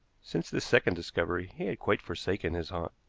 since this second discovery he had quite forsaken his haunt.